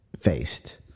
faced